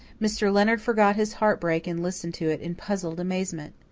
mr. leonard forgot his heartbreak and listened to it in puzzled amazement.